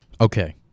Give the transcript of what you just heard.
Okay